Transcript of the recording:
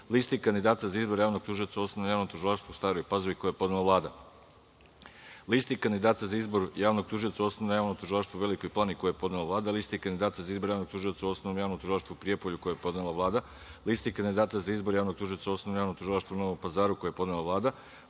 Listi kandidata za izbor javnog tužioca u Osnovnom javnom tužilaštvu u Staroj Pazovi, koji je podnela Vlada, Listi kandidata za izbor javnog tužioca u Osnovnom javnom tužilaštvu u Velikoj Plani, koji je podnela Vlada, Listi kandidata za izbor javnog tužioca u Osnovnom javnom tužilaštvu u Prijepolju, koji je podnela Vlada, Listi kandidata za izbor javnog tužioca u Osnovnom javnom tužilaštvu u Novom Pazaru, koji je podnela Vlada,